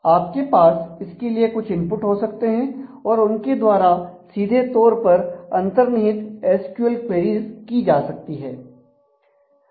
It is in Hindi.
आपके पास उसके लिए कुछ इनपुट हो सकते हैं और उनके द्वारा सीधे तौर पर अंतर्निहित एसक्यूएल क्वेरीज की जा सकती है